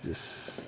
is